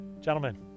Gentlemen